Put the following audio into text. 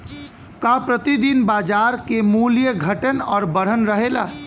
का प्रति दिन बाजार क मूल्य घटत और बढ़त रहेला?